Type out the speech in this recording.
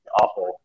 Awful